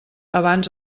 abans